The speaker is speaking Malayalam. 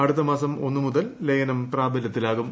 അടുത്തമാസം ഒന്ന് മുതൽ ലയനം പ്രാബലൃത്തിലാകും